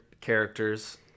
characters